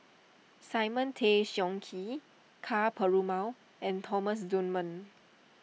Simon Tay Seong Chee Ka Perumal and Thomas Dunman